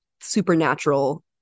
supernatural